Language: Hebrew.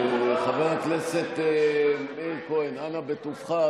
חבר הכנסת מאיר כהן, אנא בטובך.